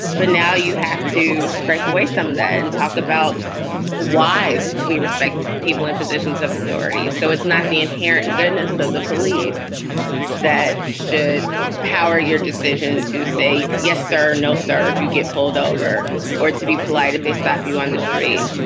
but now you have to scrape away some of that and talk about why we respect people in positions of authority. so it's not the inherent goodness of the police that should power your decision to say yes, sir. no, sir. if you get pulled over or to be polite, if they stop you on the street,